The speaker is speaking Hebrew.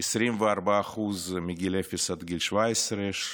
24% מגיל אפס עד גיל 17,